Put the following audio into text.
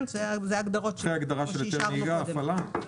כן, זאת ההגדרה שאישרנו קודם.